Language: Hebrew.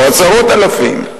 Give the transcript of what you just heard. או עשרות אלפים.